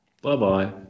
bye-bye